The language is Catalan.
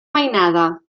mainada